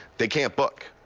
they can't book.